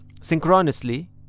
synchronously